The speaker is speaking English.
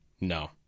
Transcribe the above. No